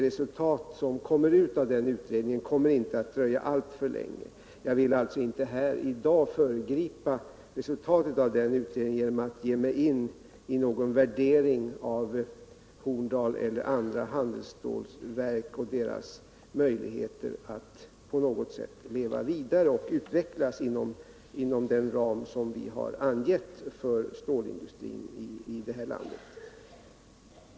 Resultaten av den utredningen kommer inte att dröja alltför länge. Jag vill inte här i dag föregripa utredningsresultatet genom att ge mig in på någon värdering av företaget i Horndal eller några andra handelsstålverk och deras möjligheter att på något sätt leva vidare och utvecklas inom den ram som vi angett för stålindustrin i det här landet.